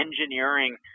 engineering